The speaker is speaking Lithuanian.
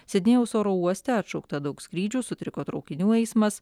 sidnėjaus oro uoste atšaukta daug skrydžių sutriko traukinių eismas